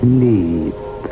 Sleep